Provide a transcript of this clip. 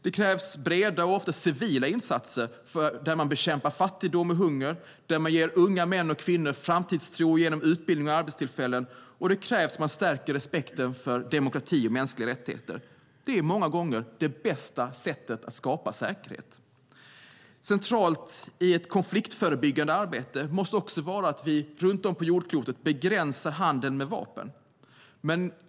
Det krävs breda och ofta civila insatser där man bekämpar fattigdom och hunger och ger unga män och kvinnor framtidstro genom utbildning och arbetstillfällen. Det krävs att man stärker respekten för demokrati och mänskliga rättigheter. Det är många gånger det bästa sättet att skapa säkerhet. Centralt i ett konfliktförebyggande arbete måste vara att vi runt om på jordklotet begränsar handeln med vapen.